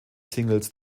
singles